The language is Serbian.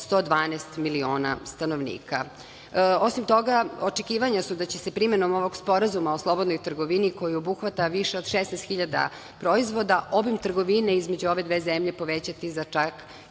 112 miliona stanovnika. Osim toga, očekivanja su da će se primenom ovog Sporazuma o slobodnoj trgovini koji obuhvata više od 16.000 proizvoda obim trgovine povećati za čak